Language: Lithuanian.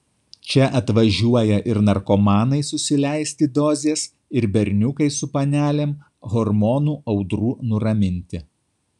čia atvažiuoja ir narkomanai susileisti dozės ir berniukai su panelėm hormonų audrų nuraminti